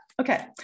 Okay